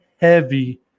heavy